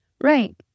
Right